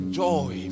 joy